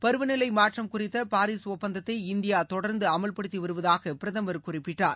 பருவநிலை மாற்றம் குறித்த பாரீஸ் ஒப்பந்தத்தை இந்தியா தொடரந்து அமல்படுத்தி வருவதாக பிரதமர் குறிப்பிட்டார்